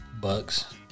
Bucks